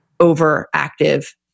overactive